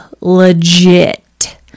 legit